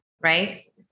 right